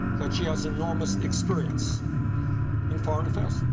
that she has enormous experience in foreign affairs.